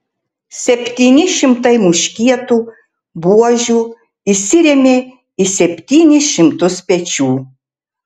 septyni šimtai muškietų buožių įsirėmė į septynis šimtus pečių